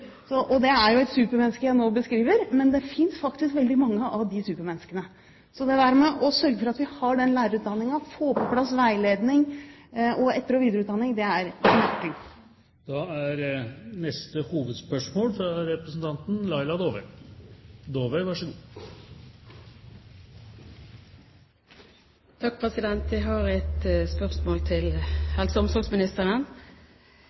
Det er jo et supermenneske jeg nå beskriver, men det finnes faktisk veldig mange av de supermenneskene. Å sørge for at vi har den lærerutdanningen og få på plass veiledning og etter- og videreutdanning, er nøkkelen. Vi går videre til neste hovedspørsmål.